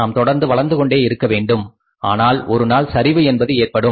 நாம் தொடர்ந்து வளர்ந்து கொண்டே இருக்க வேண்டும் ஆனால் ஒரு நாள் சரிவு என்பது ஏற்படும்